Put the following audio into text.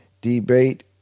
debate